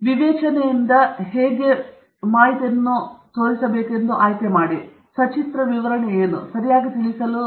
ಆದ್ದರಿಂದ ನೀವು ವಿವೇಚನೆಯಿಂದ ಆಯ್ಕೆ ಮಾಡಬೇಕು ಆ ಸಚಿತ್ರ ವಿವರಣೆ ಏನು ನೀವು ಸರಿಯಾಗಿ ತಿಳಿಸಲು